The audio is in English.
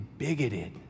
Bigoted